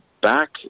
back